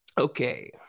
Okay